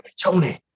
tony